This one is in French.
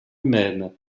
humaines